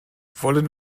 wollen